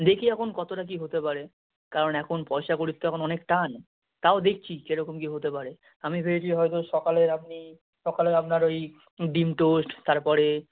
দেখি এখন কতটা কী হতে পারে কারণ এখন পয়সাকড়ির তো এখন অনেক টান তাও দেখছি কেরকম কী হতে পারে আমি ভেবেছি হয়তো সকালে আপনি সকালে আপনার ওই ডিম টোস্ট তারপরে